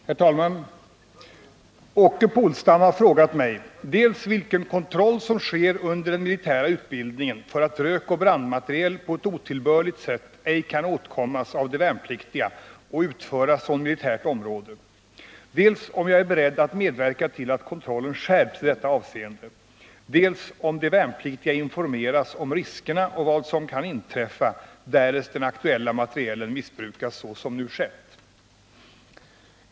Herr talman! Åke Polstam har frågat mig dels vilken kontroll som sker under den militära utbildningen för att rökoch brandmateriel på ett otillbörligt sätt ej skall kunna åtkommas av de värnpliktiga och utföras från militärt område, dels om jag är beredd att medverka till att kontrollen skärps i detta dels om de värnpliktiga informeras om riskerna och vad som kan inträffa, därest den aktuella materielen missbrukas så som nu skett.